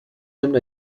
nimmt